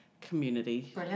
community